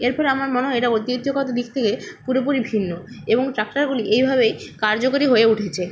এর ফলে আমার মনে হয় এটা ঐতিহ্যগত দিক থেকে পুরোপুরি ভিন্ন এবং ট্র্যাক্টরগুলি এইভাবেই কার্যকরী হয়ে উঠেছে